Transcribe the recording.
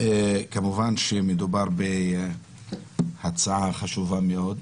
כמובן שמדובר בהצעה חשובה מאוד,